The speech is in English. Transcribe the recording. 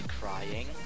crying